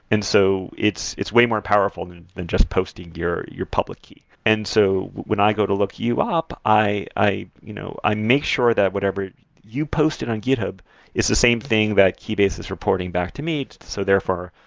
and so it's it's way more powerful than just posting your your public key. and so when i go to look you up, i i you know make sure that whatever you posted on github is the same thing that keybase is reporting back to me. so therefore,